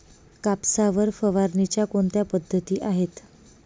कापसावर फवारणीच्या कोणत्या पद्धती आहेत?